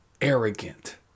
arrogant